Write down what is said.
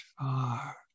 far